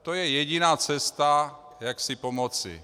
To je jediná cesta, jak si pomoci.